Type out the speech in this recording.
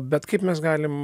bet kaip mes galim